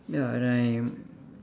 ya and I'm